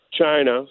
china